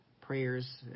prayers